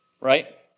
Right